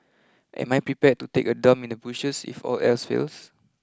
am I prepared to take a dump in the bushes if all else fails